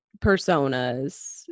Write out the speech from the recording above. personas